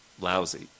lousy